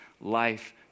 life